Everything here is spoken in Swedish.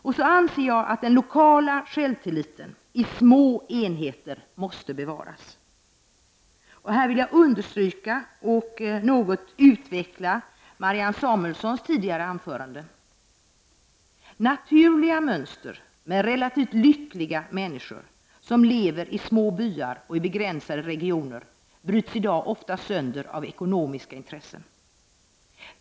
Jag anser att den lokala självtilliten i små enheter måste bevaras. Jag vill understryka och något utveckla Marianne Samuelssons tidigare anförande på den punkten. Naturliga mönster med relativt lyckliga människor, som lever i små byar och i begränsade regioner bryts i dag ofta sönder av ekonomiska intressen.